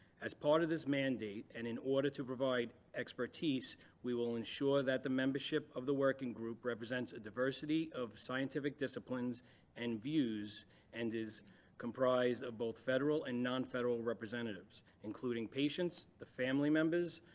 as part of this mandate and in order to provide expertise we will ensure that the membership of the working group represents a diversity of scientific disciplines and views and is comprised of both federal and non-federal representatives including patients, the family members,